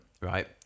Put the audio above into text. right